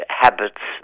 habits